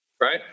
right